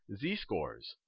z-scores